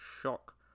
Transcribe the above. Shock